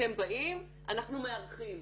אתם באים, אנחנו מארחים.